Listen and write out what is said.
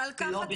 על כך הדיון.